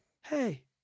Hey